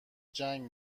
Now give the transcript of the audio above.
جنگ